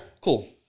Cool